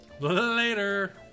Later